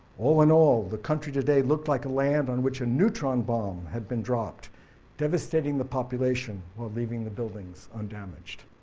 all in all, the country today looked like a land on which a neutron bomb had been dropped devastating the population while leaving the buildings undamaged.